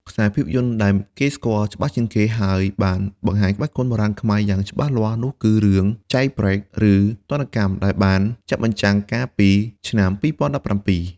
ខ្សែភាពយន្តដែលគេស្គាល់ច្បាស់ជាងគេ ហើយបានបង្ហាញក្បាច់គុនបុរាណខ្មែរយ៉ាងច្បាស់លាស់នោះគឺរឿង "Jailbreak" ឬ "ទណ្ឌកម្ម" ដែលបានចាក់បញ្ចាំងកាលពីឆ្នាំ២០១៧។